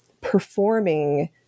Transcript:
performing